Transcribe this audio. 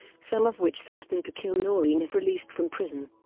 some of which threatened to kill noreen if released from prison.